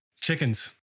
Chickens